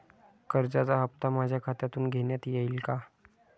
कर्जाचा हप्ता माझ्या खात्यातून घेण्यात येईल का?